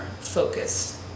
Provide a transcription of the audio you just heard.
focus